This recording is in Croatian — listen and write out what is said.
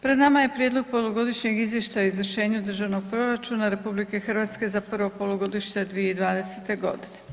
Pred nama je Prijedlog polugodišnjeg izvještaja o izvršenju državnog proračuna RH za prvo polugodište 2020. godine.